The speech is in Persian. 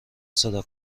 صدا